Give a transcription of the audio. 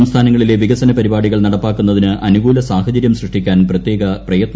സംസ്ഥാനങ്ങളിലെ വികസന പരിപാടികൾ നടപ്പാക്കുന്നതിന് അനുകൂല സാഹചര്യം സൃഷ്ടിക്കാൻ പ്രത്യേക പ്രയത്നം നടത്തണമെന്ന് ഡി